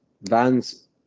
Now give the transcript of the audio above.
vans